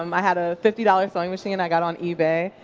um i had a fifty dollars sewing machine i got on ebay.